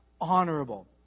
honorable